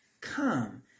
Come